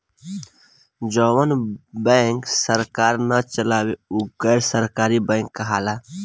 जवन बैंक सरकार ना चलावे उ गैर सरकारी बैंक कहाला